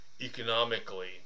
economically